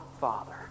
Father